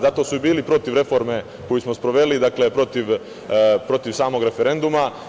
Zato su i bili protiv reforme koju smo sproveli, protiv samog referenduma.